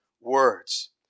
words